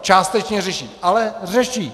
Částečně řeší, ale řeší.